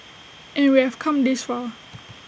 and we have come this far